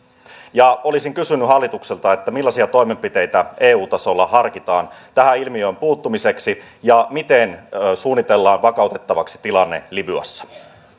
olisin kysynyt hallitukselta millaisia toimenpiteitä eu tasolla harkitaan tähän ilmiöön puuttumiseksi ja miten suunnitellaan vakautettavaksi tilanne libyassa